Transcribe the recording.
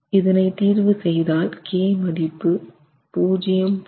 இதனை தீர்வு செய்தால் k மதிப்பு 0